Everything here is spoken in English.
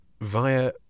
via